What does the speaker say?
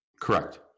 Correct